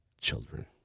children